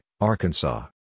Arkansas